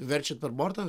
verčia per bortą